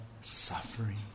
suffering